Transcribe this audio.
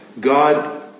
God